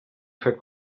fet